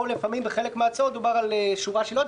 בחלק מההצעות דובר על שורה של עילות,